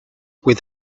with